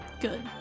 Good